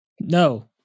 No